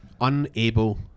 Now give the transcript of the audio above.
unable